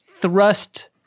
thrust